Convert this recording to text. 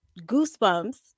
goosebumps